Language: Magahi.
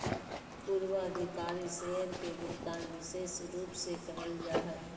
पूर्वाधिकारी शेयर के भुगतान विशेष रूप से करल जा हय